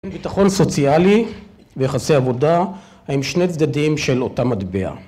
ביטחון סוציאלי ויחסי עבודה הם שני צדדים של אותה מטבע